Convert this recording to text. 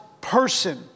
person